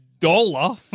dollar